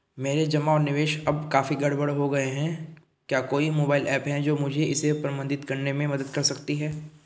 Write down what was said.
मेरे जमा और निवेश अब काफी गड़बड़ हो गए हैं क्या कोई मोबाइल ऐप है जो मुझे इसे प्रबंधित करने में मदद कर सकती है?